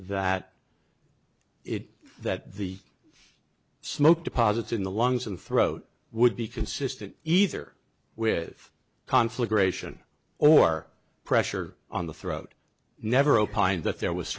that it that the smoke deposits in the lungs and throat would be consistent either with conflagration or pressure on the throat never opined that there was